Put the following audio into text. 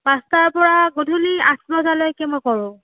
পাঁচটাৰ পৰা গধূলি আঠ বজালৈকে মই কৰোঁ